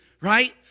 right